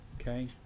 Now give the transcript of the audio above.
Okay